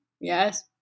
Yes